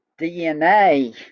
DNA